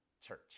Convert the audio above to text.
church